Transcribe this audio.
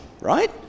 right